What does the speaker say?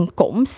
cũng